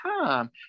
time